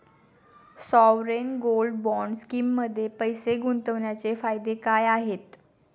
Sovereign gold bond स्कीममध्ये पैसे गुंतवण्याचे फायदे काय आहेत?